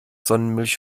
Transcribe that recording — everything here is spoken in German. sonnenmilch